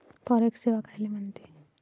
Forex सेवा कायले म्हनते?